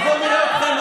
אז בואו נראה אתכם,